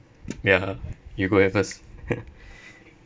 ya you go ahead first